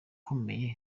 kabone